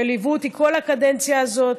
שליוו אותי כל הקדנציה הזאת: